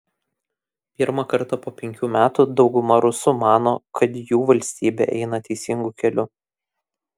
pirmą kartą po penkių metų dauguma rusų mano kad jų valstybė eina teisingu keliu